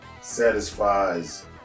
satisfies